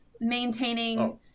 maintaining